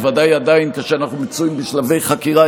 בוודאי עדיין כשאנחנו מצויים בשלבי חקירה,